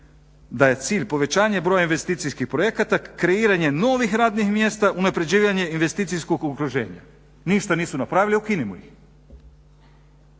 da je cilj povećanje broja investicijskih projekata, kreiranje novih radnih mjesta, unapređivanje investicijskog okruženja. Ništa nisu napravili, ukinimo ih